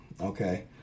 Okay